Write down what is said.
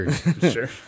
Sure